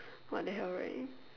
what the hell right